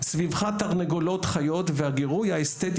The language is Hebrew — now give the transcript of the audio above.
סביבך תרנגולות חיות והגירוי האסתטי